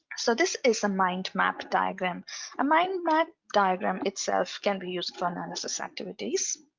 so this is a mind map diagram a mind map diagram itself can be used for analysis activities.